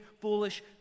foolish